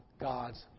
God's